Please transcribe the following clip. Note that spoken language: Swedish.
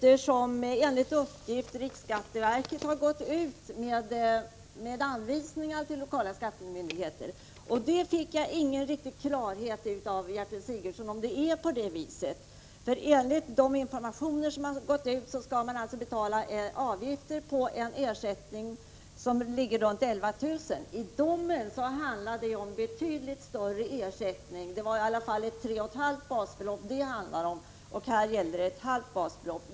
Enligt uppgift har riksskatteverket gått ut med anvisningar till lokala skattemyndigheterna. Jag fick av Gertrud Sigurdsens inlägg ingen riktig klarhet i om det är på det sättet. Enligt de informationer som har gått ut skall man alltså betala avgifter på en ersättning som omfattar ca 11 000 kr. I domen handlar det om betydligt större ersättning, i alla fall 3,5 basbelopp, medan det här gällde ett halvt basbelopp.